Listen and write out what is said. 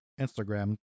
Instagram